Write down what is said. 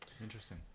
Interesting